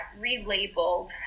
relabeled